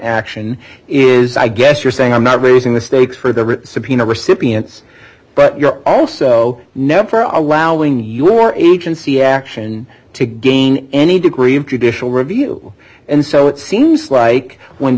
action is i guess you're saying i'm not raising the stakes for the rich subpoena recipients but you're also never allowing your agency action to gain any degree of judicial review and so it seems like when